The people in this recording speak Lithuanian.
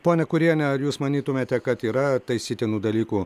ponia kuriene ar jūs manytumėte kad yra taisytinų dalykų